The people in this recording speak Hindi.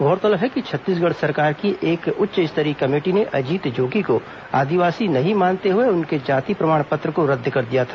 गौरतलब है कि छत्तीसगढ़ सरकार की एक उच्च स्तरीय कमेटी ने अजीत जोगी को आदिवासी नहीं मानते हए उनके जाति प्रमाण पत्र को रद्द कर दिया था